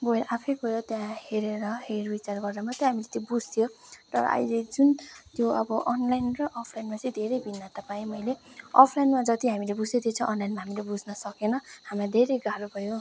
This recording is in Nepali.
गएर आफै गएर त्यहाँ हेरेर हेरविचार गरेर मात्रै हामीले त्यो बुझ्थ्यौँ र अहिले जुन त्यो अब अनलाइन र अफलाइनमा चाहिँ धेरै भिन्नता पाएँ मैले अफलाइनमा जति हामीले बुझ्दै थिएछौँ अनलाइनमा हामीले बुझ्न सकेनौँ हामीलाई धेरै गाह्रो भयो